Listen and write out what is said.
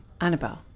Annabelle